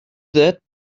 that